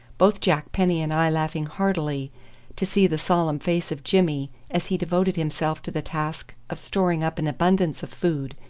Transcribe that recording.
both jack penny and i laughing heartily to see the solemn face of jimmy as he devoted himself to the task of storing up an abundance of food,